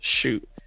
shoot